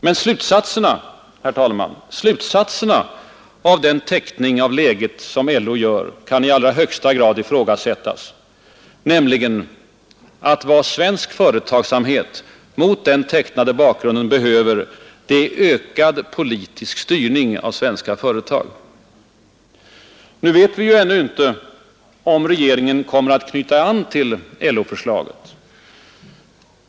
Men slutsatserna, herr talman, av den teckning av läget som LO gör kan i allra högsta grad ifrågasättas — nämligen av vad som mot denna bakgrund just nu behövs är ökad politisk styrning av svenska företag. Vi vet ju ännu inte om regeringen kommer att knyta an till LO-förslaget.